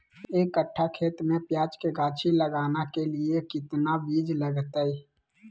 एक कट्ठा खेत में प्याज के गाछी लगाना के लिए कितना बिज लगतय?